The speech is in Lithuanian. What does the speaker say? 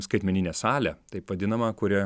skaitmeninę salę taip vadinamą kuri